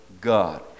God